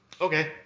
Okay